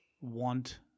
want